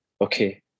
Okay